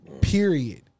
period